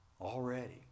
already